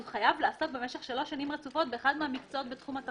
הוא חייב לעסוק במשך שלוש שנים רצופות באחד המקצועות בתחום.